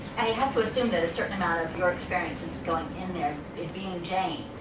i have to assume that a certain amount of your experience is going in there, in being jane.